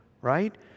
right